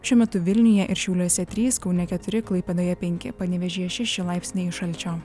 šiuo metu vilniuje ir šiauliuose trys kaune keturi klaipėdoje penki panevėžyje šeši laipsniai šalčio